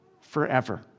forever